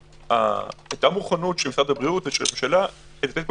היתה מוכנות של משרד הבריאות והממשלה לתת פה